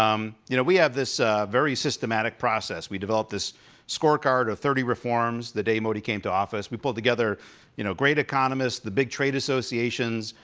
um you know we have this very systematic process. we developed this scorecard of thirty reforms the day modi came to office. we pulled together you know great economists, the big trade associations,